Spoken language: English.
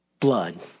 blood